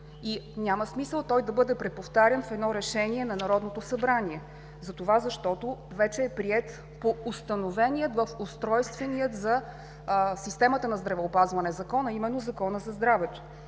и няма смисъл той да бъде преповтарян в едно решение на Народното събрание, защото вече е приет по установения в устройствения за системата на здравеопазване закон, а именно Законът за здравето.